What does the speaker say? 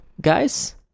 guys